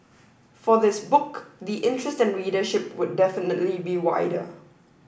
for this book the interest and readership would definitely be wider